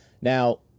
Now